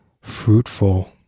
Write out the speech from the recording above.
fruitful